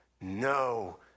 no